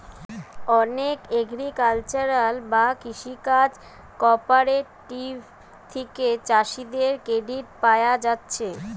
অনেক এগ্রিকালচারাল বা কৃষি কাজ কঅপারেটিভ থিকে চাষীদের ক্রেডিট পায়া যাচ্ছে